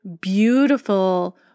beautiful